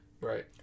right